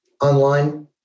online